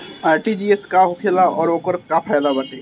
RTGS का होखेला और ओकर का फाइदा बाटे?